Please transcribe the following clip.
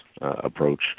approach